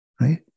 Right